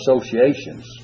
associations